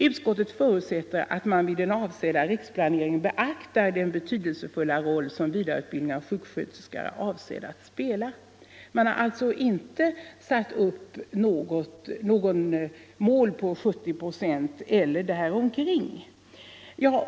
Utskottet förutsätter att man vid den avsedda riksplaneringen beaktar den betydelsefulla roll som vidareutbildningen av sjuksköterskor är avsedd att spela.” Man har alltså inte satt upp något mål vid 70 procent eller däromkring.